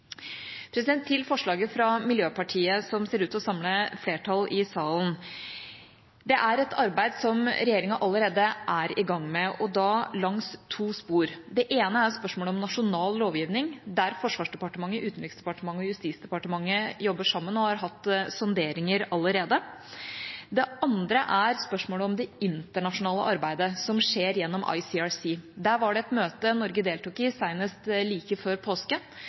Til forslaget fra Miljøpartiet De Grønne, som ser ut til å samle flertall i salen: Det er et arbeid som regjeringa allerede er i gang med, og da langs to spor. Det ene er spørsmålet om nasjonal lovgivning, der Forsvarsdepartementet, Utenriksdepartementet og Justisdepartementet jobber sammen og har hatt sonderinger allerede. Det andre er spørsmålet om det internasjonale arbeidet som skjer gjennom ICRC. Der var det et møte Norge deltok i senest like før